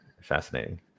Fascinating